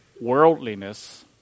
worldliness